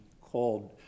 called